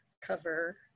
cover